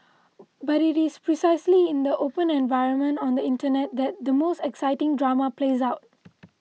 but it is precisely in the open environment on the Internet that the most exciting drama plays out